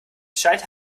schalter